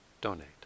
donate